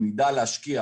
אם נדע להשקיע